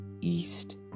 east